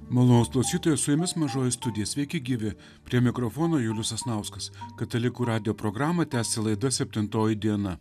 malonūs klausytojai su jumis mažoji studija sveiki gyvi prie mikrofono julius sasnauskas katalikų radijo programą tęsia laida septintoji diena